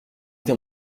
d’un